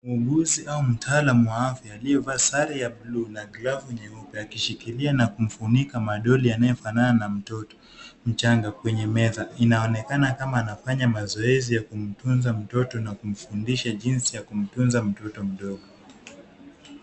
Muuguzi au mtaalamu wa afya aliyevaa sare ya bluu na glavu nyeupe akishikilia na kumfunika madoli anayefanana na mtoto mchanga kwenye meza. Inaonekana kama anafanya mazoezi ya kumtunza mtoto na kumfundisha jinsi ya kumtunza mtoto mdogo.